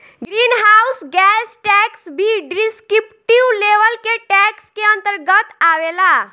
green house gas tax भी descriptive level के tax के अंतर्गत आवेला